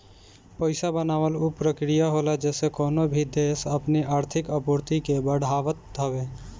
पईसा बनावल उ प्रक्रिया होला जेसे कवनो भी देस अपनी आर्थिक आपूर्ति के बढ़ावत हवे